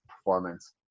performance